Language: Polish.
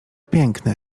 piękne